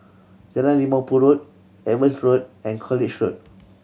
Jalan Limau Purut Evans Road and College Road